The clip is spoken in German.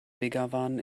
begawan